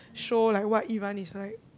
show like what Iran is like